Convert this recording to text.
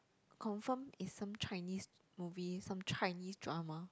confirm is some Chinese movies some Chinese drama